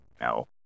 No